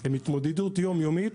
היא התמודדות יומיומית